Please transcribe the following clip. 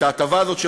את ההטבה הזאת,